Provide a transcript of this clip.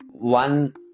one